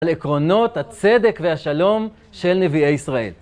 על עקרונות הצדק והשלום של נביאי ישראל.